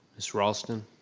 miss rawlston.